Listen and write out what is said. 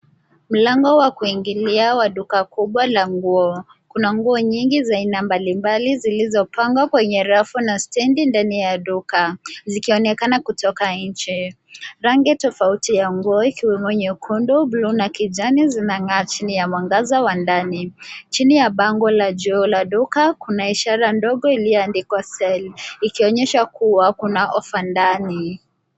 Mlango wa kuingilia wa duka kubwa la nguo. Kuna nguo nyingi na mbalimbali zilizopangwa kwenye rafu na stendi ndani ya duka zikionekana kutoka nje. Rangi tofauti ya nguo ikiwemo nyekundu, bluu na kijani zinang'aa chini ya mwangaza wa ndani. Chini ya bango la juu la duka kuna ishara ndogo iliyoandikwa Sale ikionyesha kuwa kuna ofa ndani.